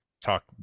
talk